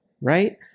right